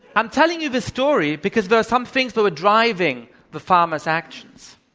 i'm telling you this story because there some things that are driving the farmer's actions.